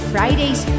Fridays